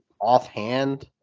offhand